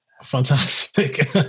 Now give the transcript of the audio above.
Fantastic